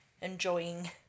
enjoying